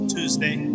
Tuesday